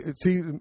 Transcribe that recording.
see